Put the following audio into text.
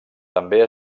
també